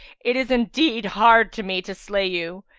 it is indeed hard to me to slay you!